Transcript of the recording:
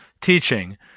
teaching